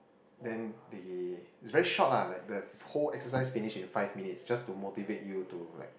then the is very short lah the whole exercise finish in five minutes just to motivate you to like